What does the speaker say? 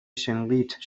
شِنقیط